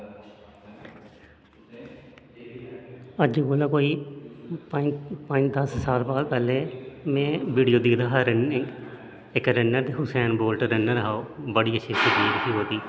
अज्ज कोला कोई पंज पंज दस साल बाद पैह्ले में वीडियो दिखदा हा रनिंग इक रनर हुसैन बोल्ट रनर हा ओह् ब़डी अच्छी फजीक ही ओहदी